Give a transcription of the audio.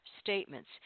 statements